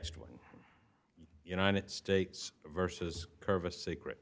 just one united states versus curve a secret